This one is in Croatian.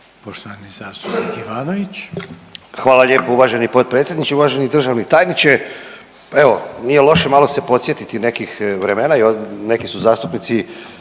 **Ivanović, Goran (HDZ)** Hvala lijepa uvaženi potpredsjedniče. Uvaženi državni tajniče, evo nije loše malo se podsjetiti nekih vremena i neki su zastupnici